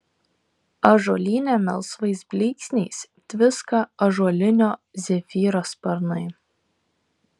ąžuolyne melsvais blyksniais tviska ąžuolinio zefyro sparnai